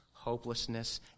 hopelessness